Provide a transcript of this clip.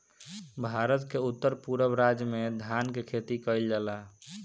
भारत के उत्तर पूरब राज में धान के खेती कईल जाला